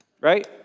right